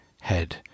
head